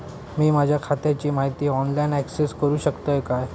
मी माझ्या खात्याची माहिती ऑनलाईन अक्सेस करूक शकतय काय?